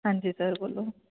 ਹਾਂਜੀ ਸਰ ਬੋਲੋ